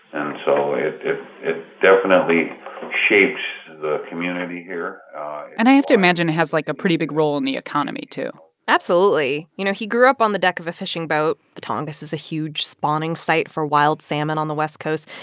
and so it it definitely shapes the community here and i have to imagine it has, like, a pretty big role in the economy, too absolutely. you know, he grew up on the deck of a fishing boat. the tongass is a huge spawning site for wild salmon on the west coast.